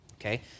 okay